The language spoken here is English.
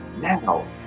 Now